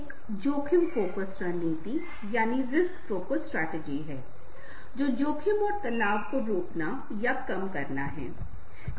एक जोखिम फोकस रणनीति है जो जोखिम और तनाव को रोकना या कम करना है